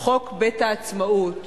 חוק בית-העצמאות